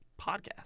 podcast